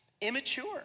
immature